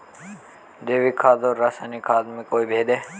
जैविक खाद और रासायनिक खाद में कोई भेद है?